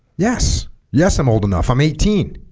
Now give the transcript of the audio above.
yes yes i'm old enough i'm eighteen.